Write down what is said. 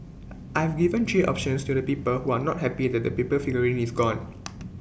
I've given three options to the people who are not happy that the paper figurine is gone